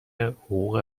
حقوق